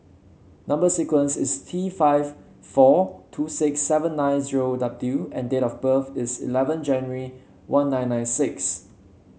number sequence is T five four two six seven nine zero W and date of birth is eleven January one nine nine six